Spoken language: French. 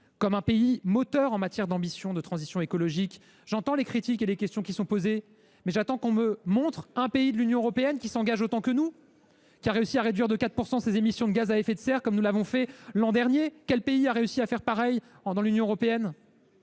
France un pays moteur en matière de transition écologique. J’entends les critiques et les questions qui sont posées, mais j’attends que l’on me montre un pays de l’Union européenne qui s’engage autant que nous, un pays ayant réussi à réduire de 4 % ses émissions de gaz à effet de serre, comme nous l’avons fait l’an dernier ! Quel pays a réussi à faire la même chose dans l’Union européenne ?